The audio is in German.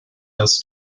dass